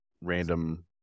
random